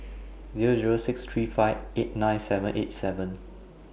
Zero Zero six three five eight nine seven eight seven